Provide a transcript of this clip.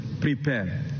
prepare